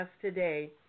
today